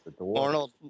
Arnold